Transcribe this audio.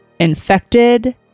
Infected